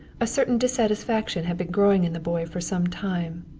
a certain dissatisfaction had been growing in the boy for some time,